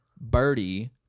birdie